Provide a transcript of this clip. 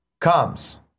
comes